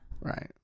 Right